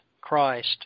Christ